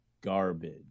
garbage